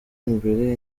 imbere